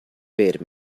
bid